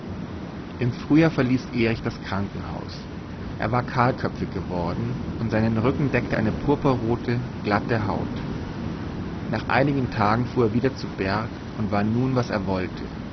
im frühjahr verließ erich das krankenhaus er war kahlköpfig geworden und seinen rücken deckte eine purpurrote glatte haut nach einigen tagen fuhr er wieder zu berg und war nun was er wollte